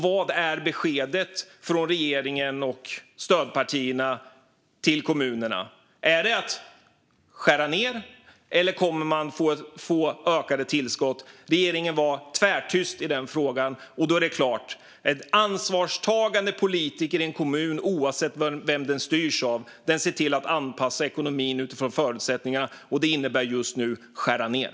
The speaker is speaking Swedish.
Vad är beskedet från regeringen och stödpartiet till kommunerna? Är det att skära ned, eller kommer man att få ökade tillskott? Regeringen är tvärtyst i denna fråga. En ansvarstagande politiker i en kommun, oavsett vem den styrs av, ser till att anpassa ekonomin utifrån förutsättningarna, och det innebär just nu att skära ned.